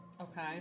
Okay